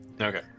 Okay